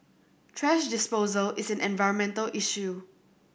thrash disposal is an environmental issue